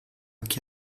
che